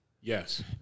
Yes